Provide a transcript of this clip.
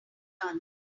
chance